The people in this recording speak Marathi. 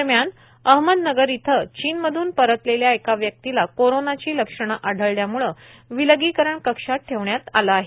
दरम्यान अहमदनगर इथं चीन मधून परतलेल्या एका व्यक्तीला कोरोनाची लक्षणं आधाल्यामुळे विलगीकरण कक्षात ठेवण्यात आलं आहे